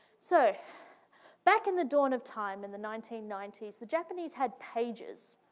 so back in the dawn of time in the nineteen ninety s, the japanese had pages.